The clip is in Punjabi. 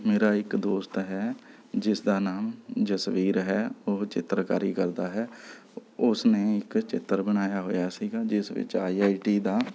ਮੇਰਾ ਇੱਕ ਦੋਸਤ ਹੈ ਜਿਸ ਦਾ ਨਾਮ ਜਸਵੀਰ ਹੈ ਉਹ ਚਿੱਤਰਕਾਰੀ ਕਰਦਾ ਹੈ ਉਸ ਨੇ ਇੱਕ ਚਿੱਤਰ ਬਣਾਇਆ ਹੋਇਆ ਸੀਗਾ ਜਿਸ ਵਿੱਚ ਆਈ ਆਈ ਟੀ ਦਾ